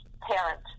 parent